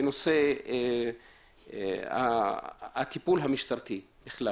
בנושא הטיפול המשטרתי בכלל